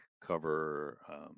cover